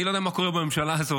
אני לא יודע מה קורה בממשלה הזאת.